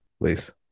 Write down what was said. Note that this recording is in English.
Please